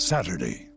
Saturday